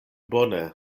bone